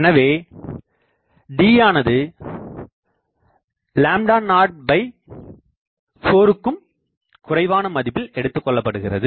எனவே d யானது 04க்கும் குறைவான மதிப்பில் எடுத்துக்கொள்ளப்படுகிறது